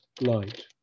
light